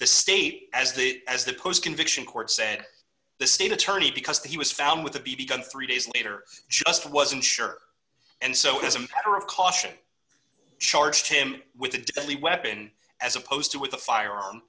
the state as the as the post conviction court said the state attorney because he was found with a b b gun three days later just wasn't sure and so it is a matter of caution charged him with a deadly weapon as opposed to with a fire